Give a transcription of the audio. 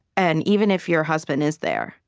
and even if your husband is there,